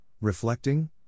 reflecting